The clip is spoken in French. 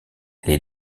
les